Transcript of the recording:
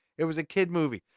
it was a kid movie.